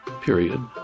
period